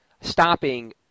stopping